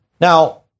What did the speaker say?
Now